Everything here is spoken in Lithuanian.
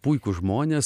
puikūs žmonės